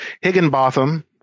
Higginbotham